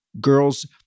girls